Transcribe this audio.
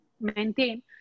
maintain